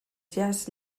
jazz